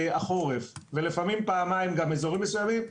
החורף ולפעמים פעמיים גם אזורים מסוימים.